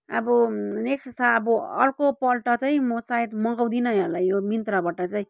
अब नेक्स्ट सा अब अर्कोपल्ट चाहिँ म सायद मगाउँदिन यसलाई यो मिन्त्राबाट चाहिँ